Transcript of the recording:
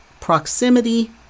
Proximity